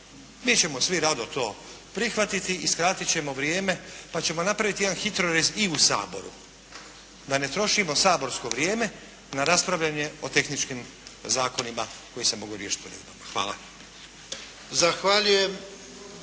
Mi ćemo svi rado to prihvatiti i skratiti ćemo vrijeme pa ćemo napraviti jedan HITRORez i u Saboru da ne trošimo saborsko vrijeme na rasprave o tehničkim zakonima koji se mogu riješiti uredbama.